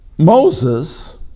Moses